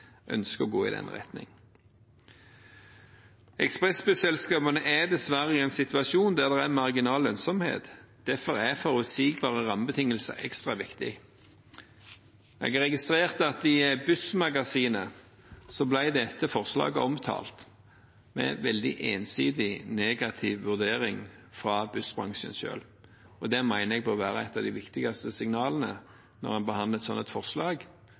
ønsker å gå i den retning. Ekspressbusselskapene er dessverre i en situasjon der det er marginal lønnsomhet. Derfor er forutsigbare rammebetingelser ekstra viktig. Jeg har registrert at i Bussmagasinet ble dette forslaget omtalt med en veldig ensidig negativ vurdering fra bussbransjen selv. Det mener jeg bør være et av de viktigste signalene når en behandler et sånt forslag.